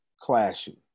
clashing